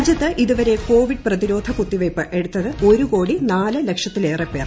രാജ്യത്ത് ഇതുവരെ കോവിഡ് പ്രതിരോധ കുത്തിവയ്പ്പ് എടുത്തത് ഒരു കോടി നാല് ലക്ഷത്തിലേറെ പേർ